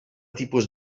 tipus